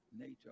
NATO